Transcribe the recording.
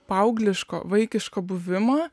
paaugliško vaikiško buvimo